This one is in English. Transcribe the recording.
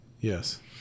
Yes